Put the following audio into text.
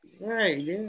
Right